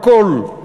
בכול.